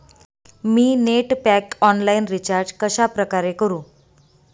मी net pack online recharge कशाप्रकारे करु?